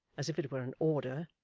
as if it were an order,